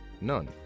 None